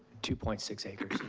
two point six acres.